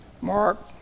Mark